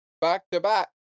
back-to-back